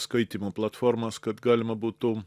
skaitymo platformas kad galima būtų